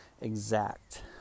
exact